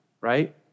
right